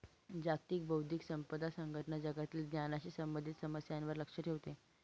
जागतिक बौद्धिक संपदा संघटना जगातील ज्ञानाशी संबंधित समस्यांवर लक्ष ठेवते